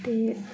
ते